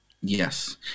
Yes